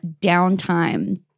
downtime